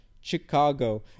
Chicago